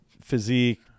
physique